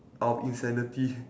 our insanity